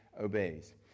obeys